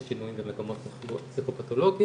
יש שינויים במקומות לתחלואה בפסיכופתולוגיה,